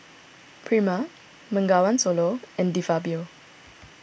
Prima Bengawan Solo and De Fabio